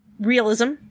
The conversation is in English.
Realism